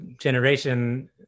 generation